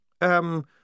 Um